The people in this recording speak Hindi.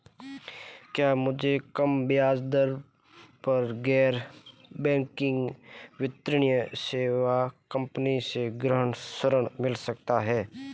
क्या मुझे कम ब्याज दर पर गैर बैंकिंग वित्तीय सेवा कंपनी से गृह ऋण मिल सकता है?